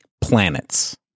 planets